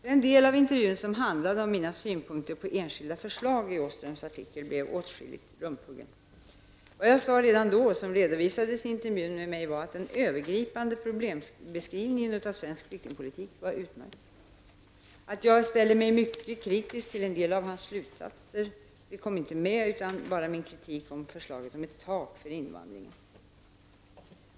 Den delen av intervjun som handlade om mina synpunkter på enskilda förslag i Åströms artikel blev åtskilligt rumphuggen. Vad jag sade redan då och som redovisades i intervjun med mig var att den övergripande problembeskrivningen av svensk flyktingpolitik var utmärkt. Att jag ställde mig mycket kritisk till en del av hans slutsatser kom inte med, utan endast min kritik mot förslaget om ett tak för invandringen.